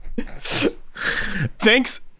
Thanks